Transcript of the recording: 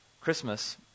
Christmas